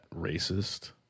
racist